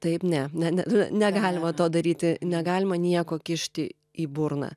taip ne ne ne negalima to daryti negalima nieko kišti į burną